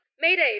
Mayday